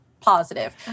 positive